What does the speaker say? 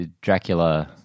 Dracula